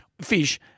Fish